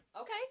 Okay